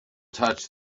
touched